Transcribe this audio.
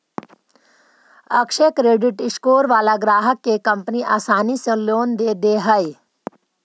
अक्षय credit score वाला ग्राहक के कंपनी आसानी से लोन दे दे हइ